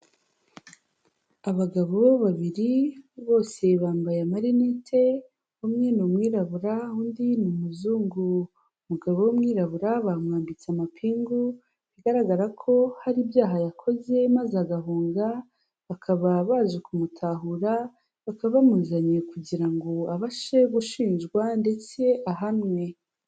Abagabo babiri bose bambaye amarinete, umwe ni umwirabura undi ni umuzungu, umugabo w'umwirabura bamwambitse amapingu, bigaragara ko hari ibyaha yakoze maze agahunga, bakaba baje kumutahura bakaba bamuzanye kugira ngo abashe gushinjwa ndetse ahanwe.